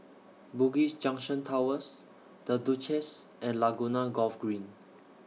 Bugis Junction Towers The Duchess and Laguna Golf Green